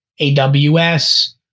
AWS